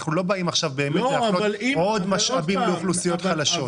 אנחנו לא באים עכשיו באמת להפנות עוד משאבים לאוכלוסיות חלשות.